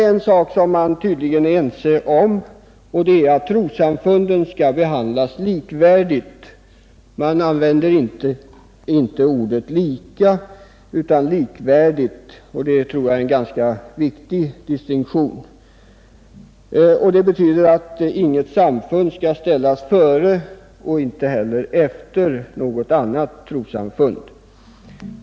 En sak som man tydligen är ense om är att trossamfunden skall behandlas likvärdigt. Man använder inte ordet lika utan likvärdigt, och det tror jag är en ganska viktig distinktion. Det betyder att inget samfund skall ställas före och inte heller efter något annat trossamfund.